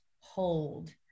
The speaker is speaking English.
hold